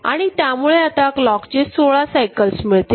आणि त्यामुळे आता क्लॉकचे 16 सायकल्स मिळतील